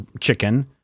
chicken